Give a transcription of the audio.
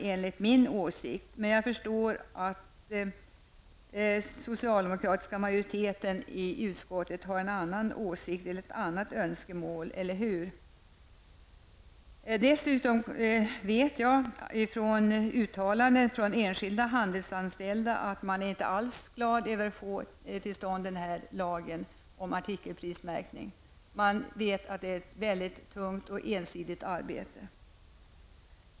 Men den socialdemokratiska utskottsmajoriteten har en annan åsikt, eller hur? Dessutom vet jag genom uttalanden från enskilda handelsanställda att man inte alls är glad över införandet av denna lag om artikelprismärkning. Man vet att det är fråga om ett mycket tungt och ensidigt arbete.